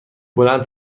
بلند